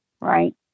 right